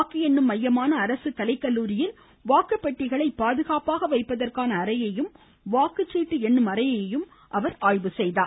வாக்கு எண்ணும் மையமான அரசுக் கலைக் கல்லூரியில் வாக்குப் பெட்டிகளை பாதுகாப்பாக வைப்பதற்கான அறையையும் வாக்குச் சீட்டு எண்ணும் அறையையம் அவர் பார்வையிட்டார்